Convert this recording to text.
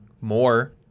more